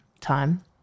time